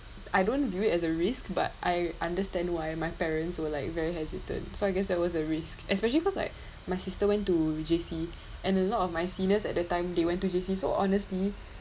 I don't view it as a risk but I understand why my parents were like very hesitant so I guess there was a risk especially cause like my sister went to J_C and a lot of my seniors at that time they went to J_C so honestly